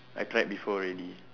I tried before already